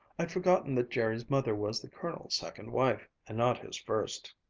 i'd forgotten that jerry's mother was the colonel's second wife and not his first.